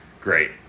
Great